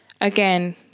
Again